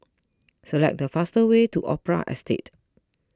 select the fastest way to Opera Estate